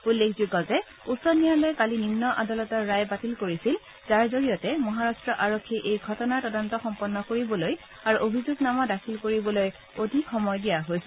উল্লেখযোগ্য যে উচ্চ ন্যায়ালয়ে কালি নিন্ন আদালতৰ ৰায় বাতিল কৰিছিল যাৰ জৰিয়তে মহাৰাট্ট আৰক্ষীয়ে এই ঘটনাৰ তদন্ত সম্পন্ন কৰিবলৈ আৰু অভিযোগ নামা দাখিল কৰিবলৈ অধিক সময় দিয়া হৈছিল